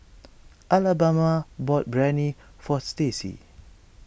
Alabama bought Biryani for Stacie